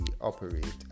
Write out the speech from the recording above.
operate